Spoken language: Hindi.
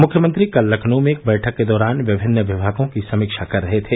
मुख्यमंत्री कल लखनऊ में एक बैठक के दौरान विमिन्न विमागों की समीक्षा कर रहे थे